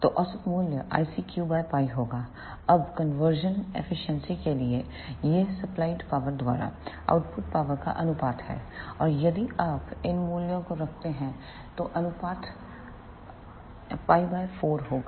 तो औसत मूल्य ICQ𝛑 होगा अब कन्वर्जन एफिशिएंसी के लिए यह सप्लाइड पावर द्वारा आउटपुट पावर का अनुपात है और यदि आप इन मूल्यों को रखते हैं तो अनुपात 𝛑 4 होगा